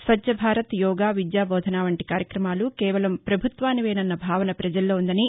స్వచ్చ భారత్ యోగా విద్యా బోధనా వంటి కార్యక్రమాలు కేవలం ప్రభుత్వానివేనన్న భావన ప్రజల్లో ఉందని